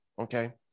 Okay